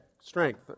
strength